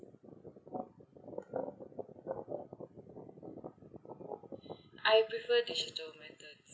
I prefer digital method